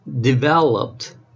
developed